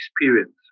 experience